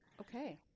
Okay